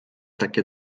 takie